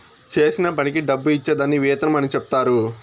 చేసిన పనికి డబ్బు ఇచ్చే దాన్ని వేతనం అని చెప్తారు